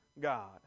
God